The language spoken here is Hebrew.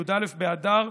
י"א באדר,